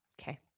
Okay